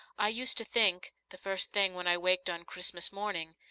i used to think, the first thing when i waked on christmas morning,